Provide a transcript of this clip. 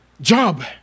job